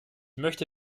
möchte